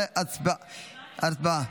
17, הצבעה.